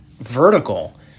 vertical